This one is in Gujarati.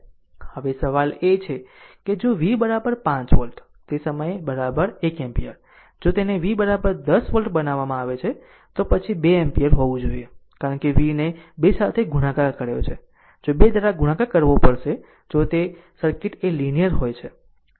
હવે સવાલ એ છે કે જો v 5 વોલ્ટ તે સમયે 1 એમ્પીયર જો તેને v 10 વોલ્ટ બનાવે છે તો પછી 2 એમ્પીયર હોવું જોઈએ કારણ કે v ને 2 સાથે ગુણાકાર કર્યો છે જો 2 દ્વારા ગુણાકાર કરવો પડશે જો તે જો તે સર્કિટ એ લીનીયર હોય છે